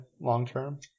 long-term